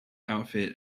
outfit